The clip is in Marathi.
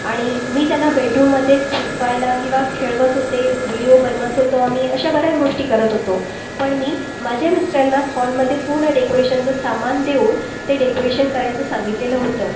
आणि मी त्याला बेडरूममध्ये झोपवायला किंवा खेळवत होते व्हिडिओ बनवत होतो आम्ही अशा बऱ्याच गोष्टी करत होतो पण मी माझ्या मिस्टरांना हॉलमध्ये पूर्ण डेकोरेशनचं सामान देऊन ते डेकोरेशन करायचं सांगितलेलं होतं